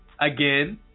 again